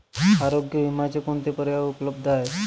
आरोग्य विम्याचे कोणते पर्याय उपलब्ध आहेत?